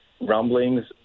rumblings